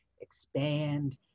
expand